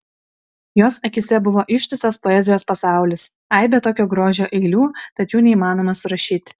jos akyse buvo ištisas poezijos pasaulis aibė tokio grožio eilių kad jų neįmanoma surašyti